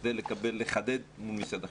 כדי לחדד את הנושא מול משרד החינוך.